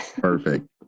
perfect